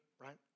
right